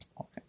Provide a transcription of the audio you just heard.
Okay